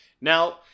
Now